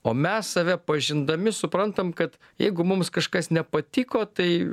o mes save pažindami suprantam kad jeigu mums kažkas nepatiko tai